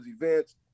events